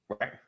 right